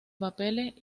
papeles